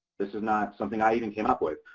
this is not something i even came up with,